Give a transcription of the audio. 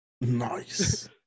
Nice